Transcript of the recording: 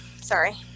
Sorry